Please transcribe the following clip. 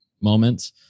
moments